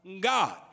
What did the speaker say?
God